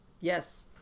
yes